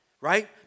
right